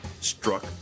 struck